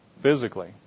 physically